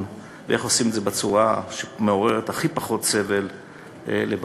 ואיך עושים את זה בצורה שמעוררת הכי פחות סבל לבעלי-החיים.